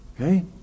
Okay